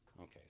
Okay